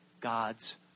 God's